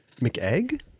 McEgg